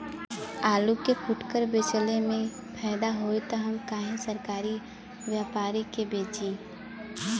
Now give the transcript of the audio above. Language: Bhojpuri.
आलू के फूटकर बेंचले मे फैदा होई त हम काहे सरकारी व्यपरी के बेंचि?